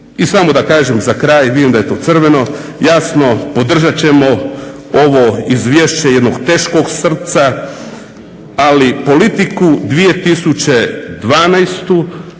I samo da kažem za kraj, vidim da je tu crveno, jasno podržat ćemo ovo izvješće jednog teškog srca ali politiku 2012.